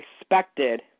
expected